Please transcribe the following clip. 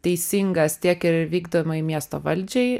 teisingas tiek ir vykdomajai miesto valdžiai